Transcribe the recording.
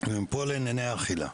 ומפה לענייני האכילה,